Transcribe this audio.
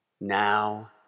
Now